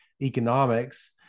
economics